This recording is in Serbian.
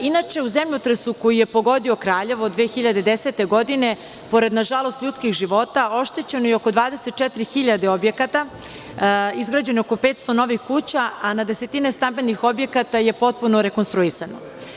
Inače, u zemljotresu koji je pogodio Kraljevo 2010. godine, pored nažalost ljudskih života oštećeno je oko 24.000 objekata, izgrađeno je oko 500 novih kuća, a na desetine stambenih objekata je potpuno rekonstruisano.